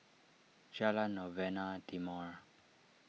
Jalan Novena Timor